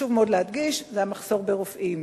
שחשוב מאוד להדגיש זה המחסור ברופאים.